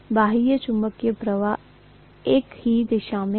बाह्य चुंबकीय प्रवाह एक ही दिशा में है